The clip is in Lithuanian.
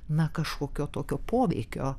na kažkokio tokio poveikio